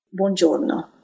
buongiorno